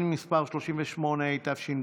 (הוראות שעה), התשפ"ב